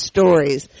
Stories